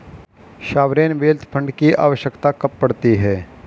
Sovereign wealth fund की आवश्यकता कब पड़ती है?